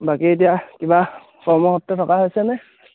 বাকী এতিয়া কিবা কৰ্ম সূত্ৰে থকা হৈছেনে